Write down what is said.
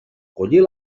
collir